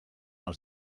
els